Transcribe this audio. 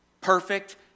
Perfect